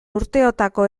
urteotako